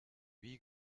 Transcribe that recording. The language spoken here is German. wie